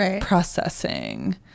processing